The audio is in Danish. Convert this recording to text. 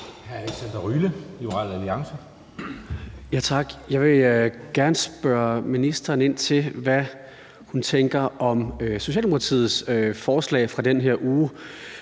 Jeg vil gerne spørge ministeren, hvad hun tænker om Socialdemokratiets forslag fra den her uge,